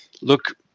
look